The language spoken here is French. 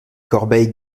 corbeilles